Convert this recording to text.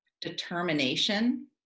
determination